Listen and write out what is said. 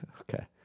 Okay